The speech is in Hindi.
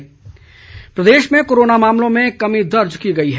हिमाचल कोरोना प्रदेश में कोरोना मामलों में कमी दर्ज की गई है